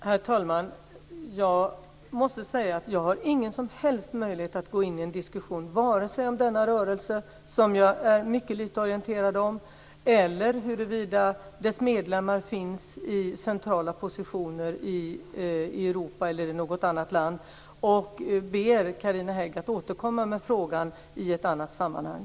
Herr talman! Jag måste säga att jag har ingen som helst möjlighet att gå in i en diskussion vare sig om denna rörelse - som jag är mycket litet orienterad om - eller huruvida dess medlemmar finns i centrala positioner i Europa eller i något annat land. Jag måste be Carina Hägg att återkomma till frågan i ett annat sammanhang.